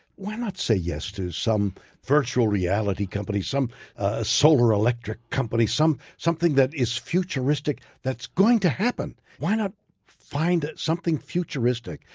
why not say yes to some virtual reality company, some solar electric company, something that is futuristic that's going to happen? why not find something futuristic?